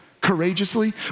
courageously